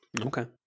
okay